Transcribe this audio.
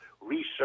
research